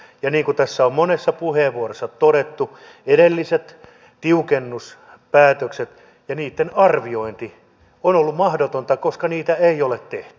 ja niin kuin tässä on monessa puheenvuorossa todettu edelliset tiukennuspäätökset ja niitten arviointi on ollut mahdotonta koska niitä ei ole tehty